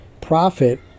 profit